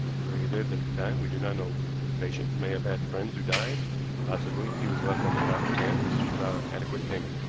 where he lived at the time we do not know. this patient may have had friends who died possibly he was left on the doctor's hands without adequate payment.